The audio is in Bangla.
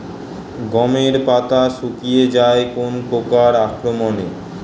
গমের পাতা শুকিয়ে যায় কোন পোকার আক্রমনে?